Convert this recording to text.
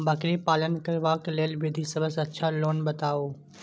बकरी पालन करबाक लेल विधि सबसँ अच्छा कोन बताउ?